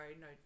no